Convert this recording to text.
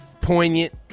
poignant